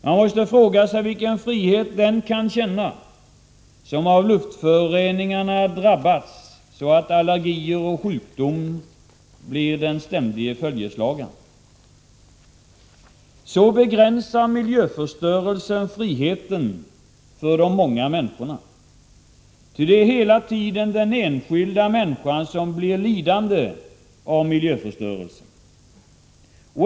Man måste fråga sig vilken frihet den känner som drabbas av allergier och sjukdom av luftföroreningarna. Så begränsar miljöförstörelsen friheten för de många människorna. Det är hela tiden den enskilda människan som blir lidande av miljöförstörelsen.